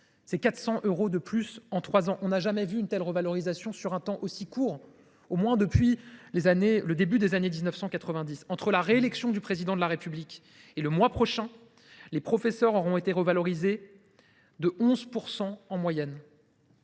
soit 400 euros de plus en trois ans. On n’a jamais vu une telle revalorisation sur un temps aussi court, du moins depuis le début des années 1990. Entre la réélection du Président de la République et le mois prochain, les professeurs auront été revalorisés de 11 % en moyenne